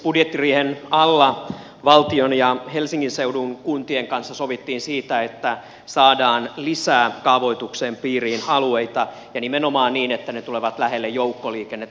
budjettiriihen alla valtion ja helsingin seudun kuntien kanssa sovittiin siitä että saadaan lisää kaavoituksen piiriin alueita ja nimenomaan niin että ne tulevat lähelle joukkoliikennettä